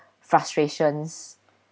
frustrations